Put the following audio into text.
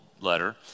letter